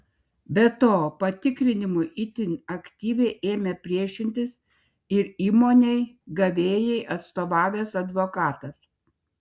be to patikrinimui itin aktyviai ėmė priešintis ir įmonei gavėjai atstovavęs advokatas